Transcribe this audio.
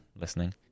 listening